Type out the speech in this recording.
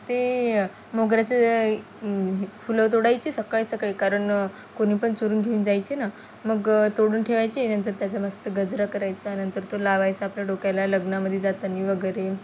ते मोगऱ्याचं फुलं तोडायचे सकाळी सकाळी कारण कोणी पण चोरून घेऊन जायचे ना मग तोडून ठेवायची नंतर त्याचा मस्त गजरा करायचा नंतर तो लावायचा आपल्या डोक्याला लग्नामध्ये जाताना वगैरे